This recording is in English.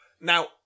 Now